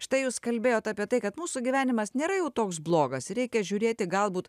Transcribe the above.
štai jūs kalbėjot apie tai kad mūsų gyvenimas nėra jau toks blogas reikia žiūrėti galbūt